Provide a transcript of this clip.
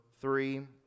three